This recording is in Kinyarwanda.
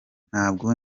ntabwo